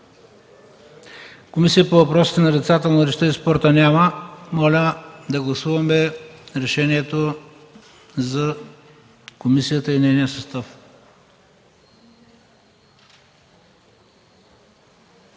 Комисията по въпросите на децата, младежта и спорта няма. Моля да гласуваме решението за комисията и нейния състав.